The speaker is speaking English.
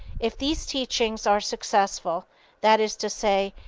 if these teachings are successful that is to say,